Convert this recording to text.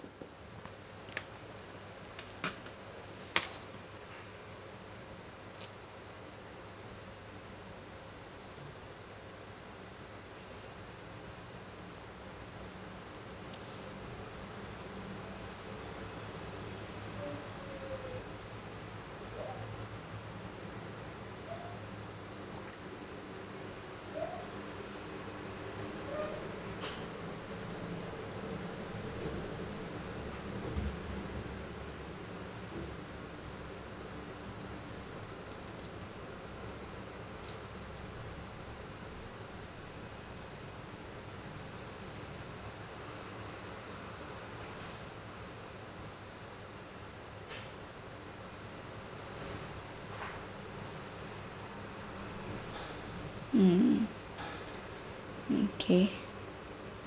um okay